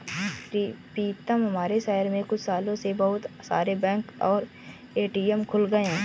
पीतम हमारे शहर में कुछ सालों में बहुत सारे बैंक और ए.टी.एम खुल गए हैं